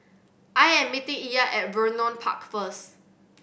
I am meeting Ilah at Vernon Park first